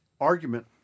argument